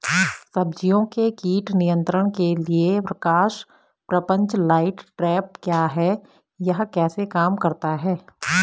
सब्जियों के कीट नियंत्रण के लिए प्रकाश प्रपंच लाइट ट्रैप क्या है यह कैसे काम करता है?